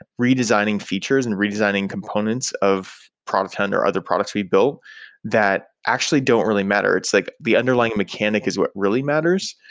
redesigning features and redesigning components of product hunt or other products we've built that actually don't really matter. it's like the underlying mechanic is what really matters.